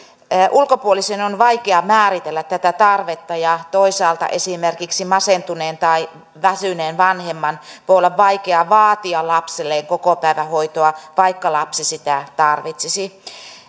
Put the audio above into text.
ulkopuolisen on vaikea määritellä tätä tarvetta ja toisaalta esimerkiksi masentuneen tai väsyneen vanhemman voi olla vaikea vaatia lapselleen kokopäivähoitoa vaikka lapsi sitä tarvitsisi